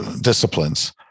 disciplines